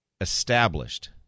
established